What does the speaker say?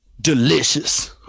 Delicious